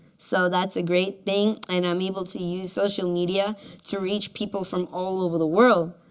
so that's a great thing. and i'm able to use social media to reach people from all over the world.